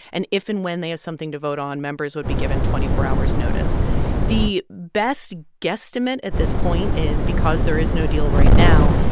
and if and when they have something to vote on, members would be given twenty four hours' notice the best guesstimate at this point is because there is no deal right now,